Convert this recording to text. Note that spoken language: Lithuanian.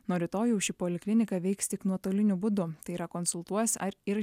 nuo rytojaus ši poliklinika veiks tik nuotoliniu būdu tai yra konsultuos ar ir